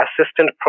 assistant